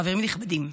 חברים נכבדים,